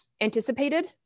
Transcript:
anticipated